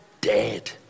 dead